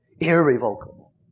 Irrevocable